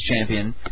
champion